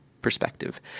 perspective